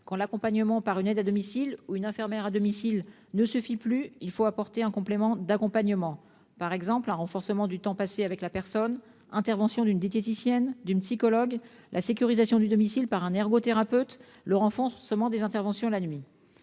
Quand l'accompagnement à domicile par une aide ou une infirmière ne suffit plus, il faut apporter un complément, par exemple un renforcement du temps passé avec la personne, l'intervention d'une diététicienne ou d'une psychologue, la sécurisation du domicile par un ergothérapeute ou encore le renforcement des interventions la nuit.